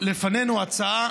לפנינו הצעה